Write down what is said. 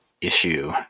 issue